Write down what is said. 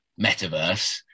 metaverse